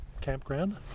campground